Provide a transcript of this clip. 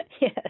Yes